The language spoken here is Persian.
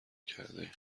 کردهایم